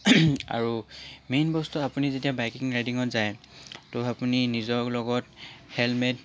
আৰু মেইন বস্তু আপুনি যেতিয়া বাইকিং ৰাইডিঙত যায় ত' আপুনি নিজৰ লগত হেলমেট